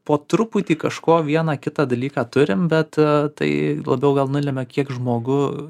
po truputį kažko vieną kitą dalyką turim bet tai labiau gal nulemia kiek žmogų